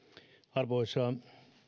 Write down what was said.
arvoisa